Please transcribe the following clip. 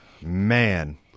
Man